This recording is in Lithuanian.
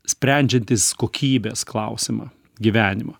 sprendžiantys kokybės klausimą gyvenimo